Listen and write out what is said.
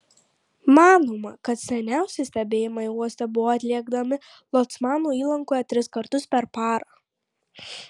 manoma kad seniausi stebėjimai uoste buvo atliekami locmano įlankoje tris kartus per parą